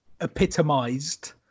epitomized